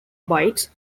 bites